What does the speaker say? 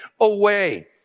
away